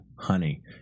Honey